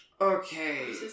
Okay